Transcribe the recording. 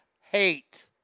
hate